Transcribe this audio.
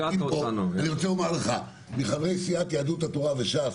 אני רוצה לומר לך: מחברי סיעת יהדות התורה וש"ס